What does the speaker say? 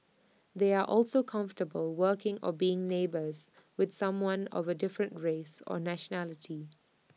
they are also comfortable working or being neighbours with someone of A different race or nationality